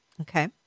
Okay